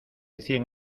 cien